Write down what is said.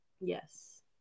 Yes